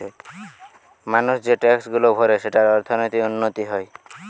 মানুষ যে ট্যাক্সগুলা ভরে সেঠারে অর্থনীতির উন্নতি হয়